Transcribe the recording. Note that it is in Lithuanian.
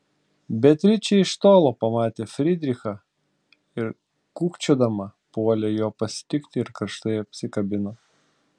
beatričė iš tolo pamatė frydrichą ir kūkčiodama puolė jo pasitikti ir karštai apsikabino